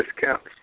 discounts